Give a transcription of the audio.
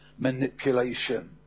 Manipulation